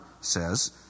says